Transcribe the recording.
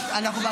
אנחנו בשלישית.